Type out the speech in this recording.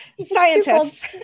scientists